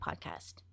podcast